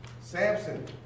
Samson